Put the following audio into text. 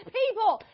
people